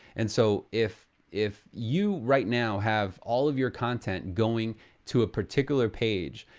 and so, if if you right now have all of your content going to a particular page,